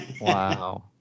Wow